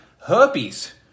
herpes